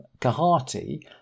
Kahati